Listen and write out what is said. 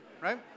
Right